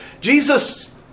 Jesus